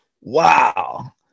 wow